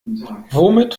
womit